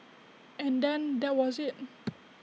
and then that was IT